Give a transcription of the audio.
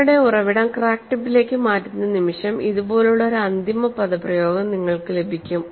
നിങ്ങളുടെ ഉറവിടം ക്രാക്ക് ടിപ്പിലേക്ക് മാറ്റുന്ന നിമിഷം ഇതുപോലുള്ള ഒരു അന്തിമ പദപ്രയോഗം നിങ്ങൾക്ക് ലഭിക്കും